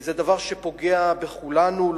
זה דבר שפוגע בכולנו,